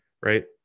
right